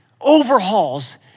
overhauls